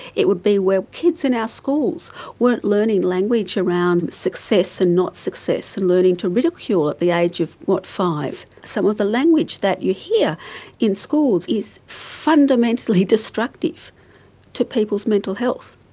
it would be where kids in our schools weren't learning language around success and not success and learning to ridicule at the age of five. some of the language that you hear in schools is fundamentally destructive to people's mental health,